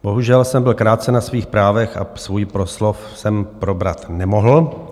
Bohužel jsem byl krácen na svých právech a svůj proslov jsem probrat nemohl.